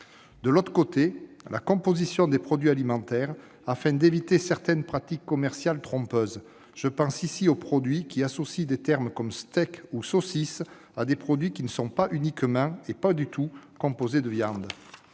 D'un autre côté, la composition des produits alimentaires, afin d'éviter certaines pratiques commerciales trompeuses. Je pense ici aux produits qui associent des termes comme « steak » ou « saucisse » à des produits qui ne sont pas, ou pas uniquement, composés de viande.